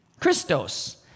Christos